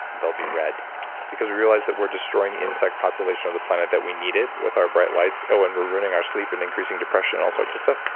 they'll be red because we realized that we're destroying insect population of the planet that we needed with our bright lights. oh, and we're ruining our sleep and increasing depression, and all sorts of stuff.